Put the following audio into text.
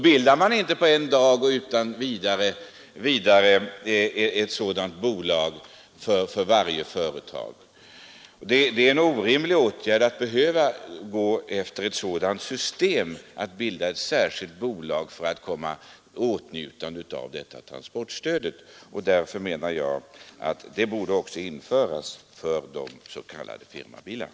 Man kan inte över dagen och utan vidare bilda ett sådant bolag. Det är orimligt att behöva tillämpa ett sådant system och behöva bilda ett särskilt bolag för att komma i åtnjutande av ett transportstöd. Därför borde stödet också införas för de s.k. firmabilarna.